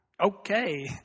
Okay